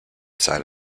side